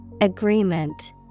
Agreement